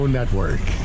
Network